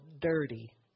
dirty